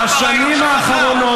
בשנים האחרונות,